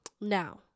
Now